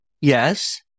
Yes